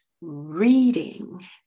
reading